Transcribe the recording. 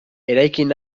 eraikin